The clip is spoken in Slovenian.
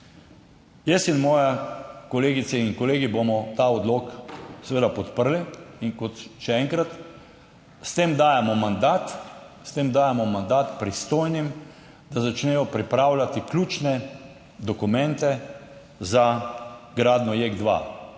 Jaz in moje kolegice in kolegi bomo ta odlok seveda podprli in kot še enkrat, s tem dajemo mandat, s tem dajemo mandat pristojnim, da začnejo pripravljati ključne dokumente za gradnjo JEK2.